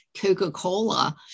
coca-cola